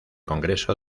congreso